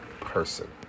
person